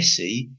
Messi